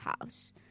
house